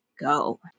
go